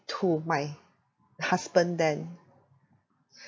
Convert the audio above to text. to my husband then